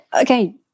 Okay